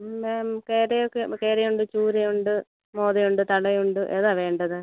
ഇന്ന് കേര ഒക്കെ കേര ഉണ്ട് ചൂരയുണ്ട് മോതയുണ്ട് തളയുണ്ട് ഏതാ വേണ്ടത്